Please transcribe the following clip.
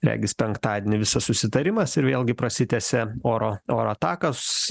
regis penktadienį visas susitarimas ir vėlgi prasitęsia oro oro atakos